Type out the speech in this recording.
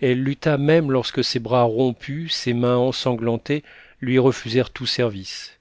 elle lutta même lorsque ses bras rompus ses mains ensanglantées lui refusèrent tout service